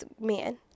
man